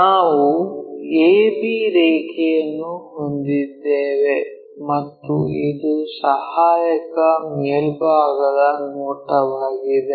ನಾವು a b ರೇಖೆಯನ್ನು ಹೊಂದಿದ್ದೇವೆ ಮತ್ತು ಇದು ಸಹಾಯಕ ಮೇಲ್ಭಾಗದ ನೋಟವಾಗಿದೆ